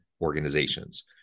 organizations